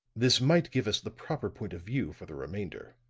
this might give us the proper point of view for the remainder.